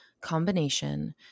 combination